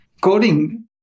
coding